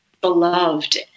beloved